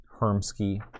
Hermski